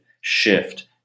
shift